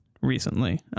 recently